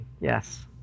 yes